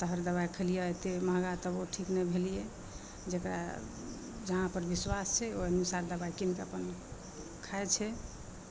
तोहर दबाइ खेलियऽ एते महॅंगा तबो ठीक नहि भेलियऽ जेकरा जहाँपर बिश्बास छै ओहि अनुसार दबाइ कीनकऽ अपन खाइ छै